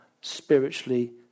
spiritually